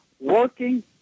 working